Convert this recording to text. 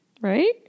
Right